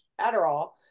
Adderall